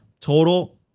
total